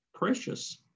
Precious